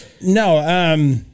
no